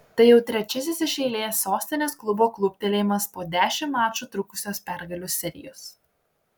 tai jau trečiasis iš eilės sostinės klubo kluptelėjimas po dešimt mačų trukusios pergalių serijos